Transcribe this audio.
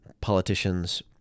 politicians